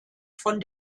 von